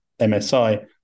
MSI